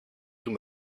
του